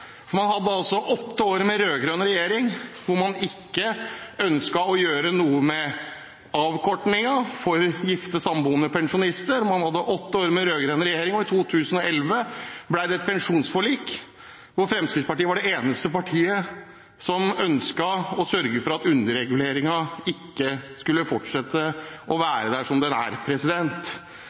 hvor man ikke ønsket å gjøre noe med avkortningen for gifte og samboende pensjonister. Man hadde åtte år med rød-grønn regjering, og i 2011 ble det inngått et pensjonsforlik hvor Fremskrittspartiet var det eneste partiet som ønsket å sørge for at underreguleringen ikke skulle fortsette. Da stemte SV for at den skulle være som den er,